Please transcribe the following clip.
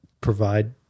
provide